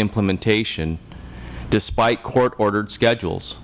implementation despite court ordered schedules